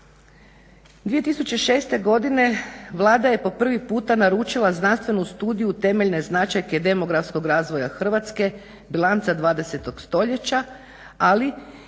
2006.godine Vlada je po prvi puta naručila znanstvenu studiju Temeljne značajke demografskog razvoja Hrvatske, bilanca 20.stoljeća, ali